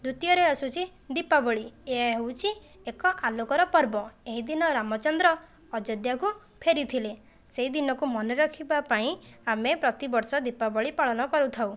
ଦ୍ୱିତୀୟରେ ଆସୁଛି ଦୀପାବଳୀ ଏହା ହେଉଛି ଏକ ଆଲୋକର ପର୍ବ ଏହି ଦିନ ରାମଚନ୍ଦ୍ର ଅଯୋଧ୍ୟାକୁ ଫେରିଥିଲେ ସେହିଦିନକୁ ମନେ ରଖିବା ପାଇଁ ଆମେ ପ୍ରତିବର୍ଷ ଦୀପାବଳୀ ପାଳନ କରୁଥାଉ